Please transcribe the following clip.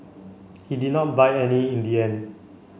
he did not buy any in the end